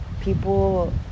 People